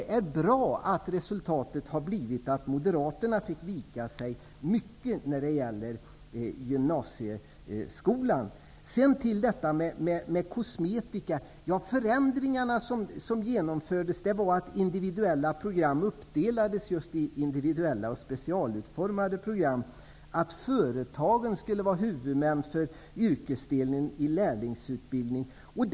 Jag tycker att det är bra att resultatet har blivit att Moderaterna i mycket fick vika sig när det gäller gymnasieskolan. Sedan till detta med kosmetiska förändringar. De förändringar som genomfördes innebar att individuella program uppdelades i just individuella och specialutformade program och att företagen skulle bli huvudmän för yrkesdelen i lärlingsutbildningen.